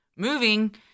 Moving